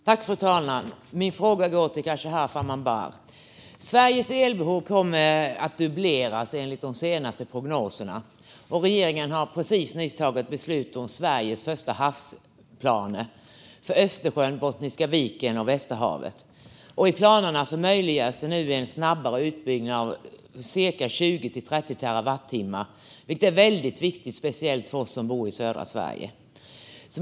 Fru talman! Min fråga går till Khashayar Farmanbar. Sveriges elbehov kommer enligt de senaste prognoserna att dubbleras, och regeringen har precis tagit beslut om Sveriges första havsplaner för Östersjön, Bottniska viken och Västerhavet. I planerna möjliggörs nu en snabbare utbyggnad som skulle generera 20-30 terawattimmar, vilket är väldigt viktigt speciellt för oss som bor i södra Sverige.